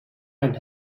and